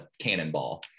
cannonball